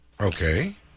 Okay